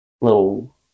little